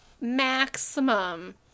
maximum